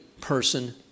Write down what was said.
person